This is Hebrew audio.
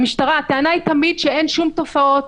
הטענה היא תמיד שאין שום תופעות,